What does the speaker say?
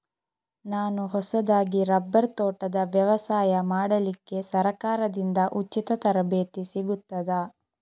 ನಾನು ಹೊಸದಾಗಿ ರಬ್ಬರ್ ತೋಟದ ವ್ಯವಸಾಯ ಮಾಡಲಿಕ್ಕೆ ಸರಕಾರದಿಂದ ಉಚಿತ ತರಬೇತಿ ಸಿಗುತ್ತದಾ?